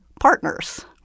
partners